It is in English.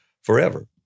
forever